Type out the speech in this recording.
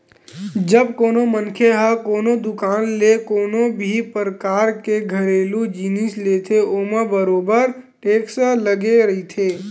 जब कोनो मनखे ह कोनो दुकान ले कोनो भी परकार के घरेलू जिनिस लेथे ओमा बरोबर टेक्स लगे रहिथे